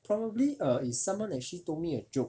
probably err it's someone actually told me a joke